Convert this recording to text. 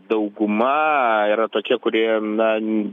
dauguma yra tokia kuri na